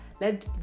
let